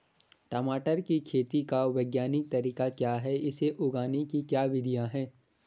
टमाटर की खेती का वैज्ञानिक तरीका क्या है इसे उगाने की क्या विधियाँ हैं?